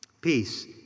Peace